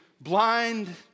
blind